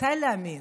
מתי להאמין?